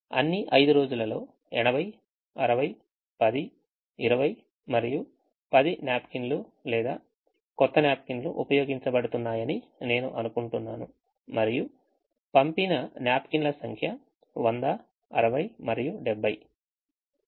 అన్ని 5 రోజులలో 80 60 10 20 మరియు 10 న్యాప్కిన్లు లేదా కొత్త న్యాప్కిన్ లు ఉపయోగించబడుతున్నాయని నేను అనుకుంటున్నాను మరియు పంపిన న్యాప్కిన్ ల సంఖ్య 100 60 మరియు 70